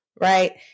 right